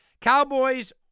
Cowboys